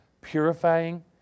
purifying